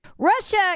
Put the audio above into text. Russia